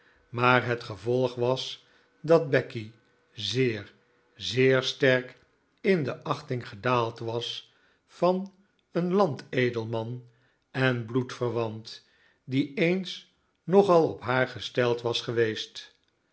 maar het gevolg was dat becky zeer zeer sterk in de achting gedaaldwas van een landedelman en bloedverwant die eens nogal op haar gesteld was geweest